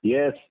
Yes